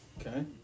okay